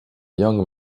young